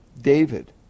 David